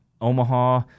Omaha